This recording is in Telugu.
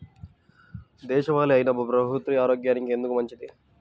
దేశవాలి అయినా బహ్రూతి ఆరోగ్యానికి ఎందుకు మంచిది?